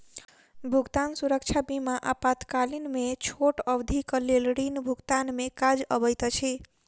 भुगतान सुरक्षा बीमा आपातकाल में छोट अवधिक लेल ऋण भुगतान में काज अबैत अछि